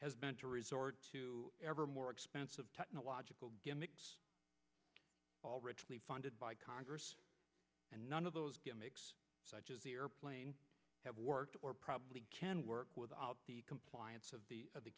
has been to resort to ever more expensive technological gimmicks all richly funded by congress and none of those gimmicks such as the airplane have worked or probably can work without the compliance of the